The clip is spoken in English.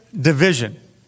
division